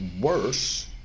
worse